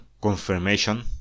confirmation